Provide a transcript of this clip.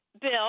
Bill